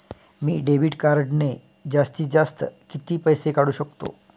मी debit कार्डने जास्तीत जास्त किती पैसे काढू शकतो?